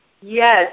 Yes